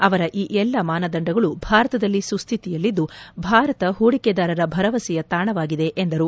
ಅವರ ಈ ಎಲ್ಲ ಮಾನದಂಡಗಳು ಭಾರತದಲ್ಲಿ ಸುಸ್ವಿತಿಯಲ್ಲಿದ್ದು ಭಾರತ ಹೂಡಿಕೆದಾರರ ಭರವಸೆಯ ತಾಣವಾಗಿದೆ ಎಂದರು